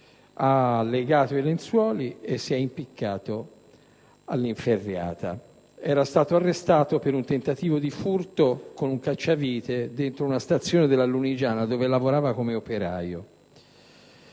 ha legato le lenzuola e si è impiccato all'inferriata. Era stato arrestato per un tentativo di furto con un cacciavite in una stazione della Lunigiana, dove lavorava come operaio.